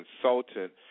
consultant